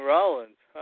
Rollins